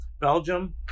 belgium